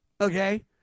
okay